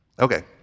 Okay